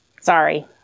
Sorry